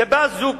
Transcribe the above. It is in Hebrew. מסיבה זו,